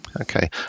okay